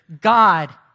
God